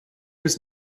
bis